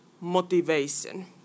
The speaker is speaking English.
motivation